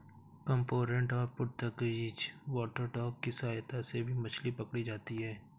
cormorant और Portuguese water dog की सहायता से भी मछली पकड़ी जाती है